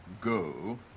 go